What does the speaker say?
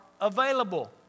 available